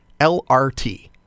LRT